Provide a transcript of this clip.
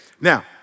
Now